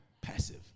Passive